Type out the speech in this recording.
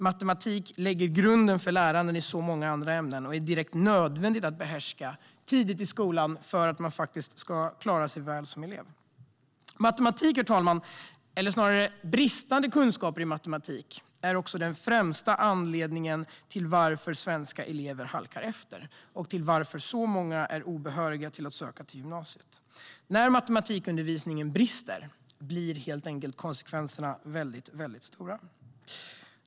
Matematik lägger grunden för lärande i många andra ämnen och är direkt nödvändigt att behärska tidigt i skolan för att man ska klara sig väl som elev. Bristande kunskaper i matematik är också den främsta anledningen till att svenska elever halkar efter och att så många är obehöriga att söka till gymnasiet. När matematikundervisningen brister blir konsekvenserna helt enkelt väldigt stora.